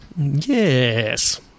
Yes